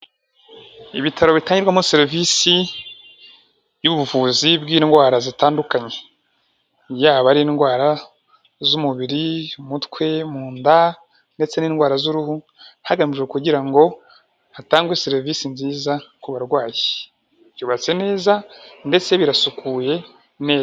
Ibitaro bitangirwarwamo serivisi y'ubuvuzi bw'indwara zitandukanye, yaba ari indwara z'umubiri, umutwe, mu nda ndetse n'indwara z'uruhu hagamijwe kugira ngo hatangwe serivisi nziza ku barwayi byubatse neza ndetse binasukuye neza.